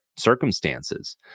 circumstances